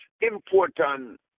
important